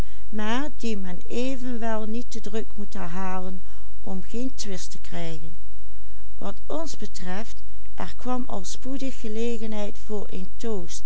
moet herhalen om geen twist te krijgen wat ons betreft er kwam al spoedig gelegenheid voor